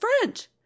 French